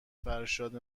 فرشاد